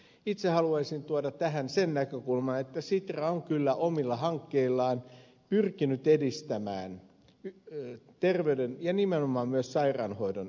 itse haluaisin tuoda tähän sen näkökulman että sitra on kyllä omilla hankkeillaan pyrkinyt edistämään terveyden ja nimenomaan myös sairaanhoidon yksityistämistä